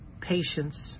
patience